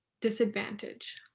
disadvantage